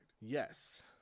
Yes